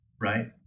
right